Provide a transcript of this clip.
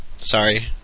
Sorry